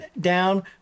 down